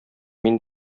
мин